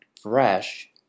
fresh